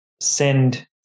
send